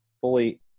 fully